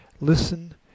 Listen